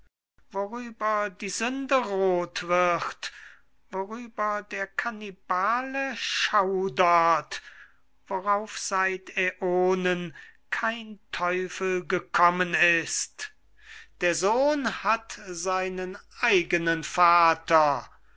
worüber die sünde roth wird worüber der kannibale schaudert worauf seit aeonen kein teufel gekommen ist der sohn hat seinen eigenen vater